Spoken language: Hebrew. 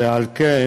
ועל כן